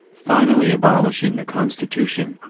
finally abolishing the constitution,